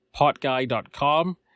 potguy.com